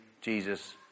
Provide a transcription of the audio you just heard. Jesus